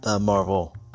Marvel